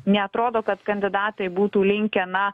neatrodo kad kandidatai būtų linkę na